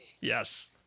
Yes